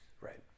Right